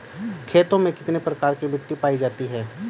खेतों में कितने प्रकार की मिटी पायी जाती हैं?